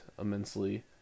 immensely